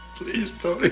please, tony!